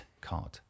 card